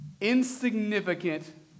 insignificant